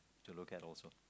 to look at also